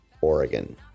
Oregon